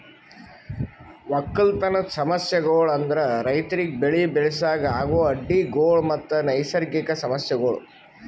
ಒಕ್ಕಲತನದ್ ಸಮಸ್ಯಗೊಳ್ ಅಂದುರ್ ರೈತುರಿಗ್ ಬೆಳಿ ಬೆಳಸಾಗ್ ಆಗೋ ಅಡ್ಡಿ ಗೊಳ್ ಮತ್ತ ನೈಸರ್ಗಿಕ ಸಮಸ್ಯಗೊಳ್